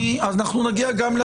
אנחנו נגיע גם לזה.